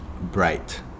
bright